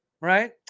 right